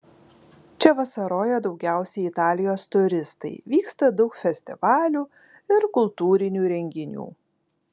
čia vasaroja daugiausiai italijos turistai vyksta daug festivalių ir kultūrinių renginių